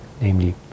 namely